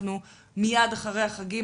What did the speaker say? מיד אחרי החגים,